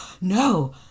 No